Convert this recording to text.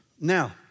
Now